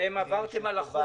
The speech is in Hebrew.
עברתם על החוק.